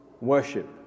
worship